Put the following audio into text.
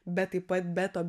bet taip pat be to